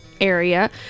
area